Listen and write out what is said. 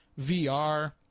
VR